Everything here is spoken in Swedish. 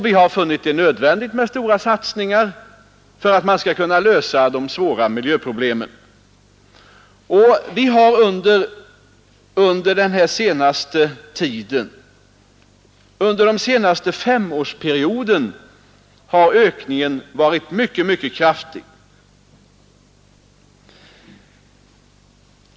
Vi har funnit det nödvändigt med stora satsningar för att man skall kunna lösa de svåra miljöproblemen. Under den senaste femårsperioden har ökningen varit mycket kraftig.